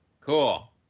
Cool